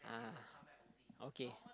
ah okay